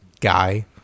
guy